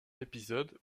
épisode